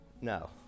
No